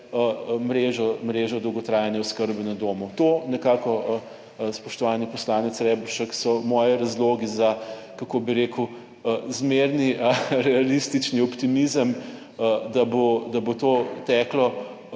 mrežo dolgotrajne oskrbe na domu. To nekako, spoštovani poslanec Reberšek, so moji razlogi za, kako bi rekel, zmerni realistični optimizem, da bo to teklo